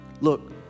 Look